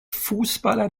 fußballer